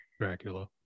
Dracula